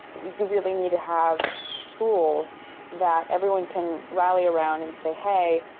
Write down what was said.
you really need to have tools that everyone can rally around and say, hey,